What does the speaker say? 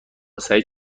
سعید